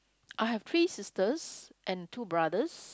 I have three sisters and two brothers